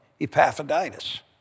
Epaphroditus